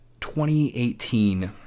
2018